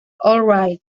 alright